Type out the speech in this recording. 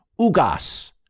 Ugas